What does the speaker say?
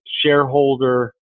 shareholder